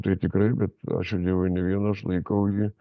tai tikrai bet ačiū dievui ne vien aš laikau jį